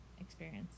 experience